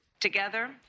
Together